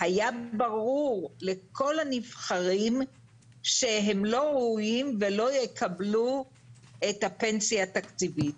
היה ברור לכל הנבחרים שהם לא ראויים ולא יקבלו את הפנסיה התקציבית.